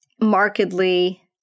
markedly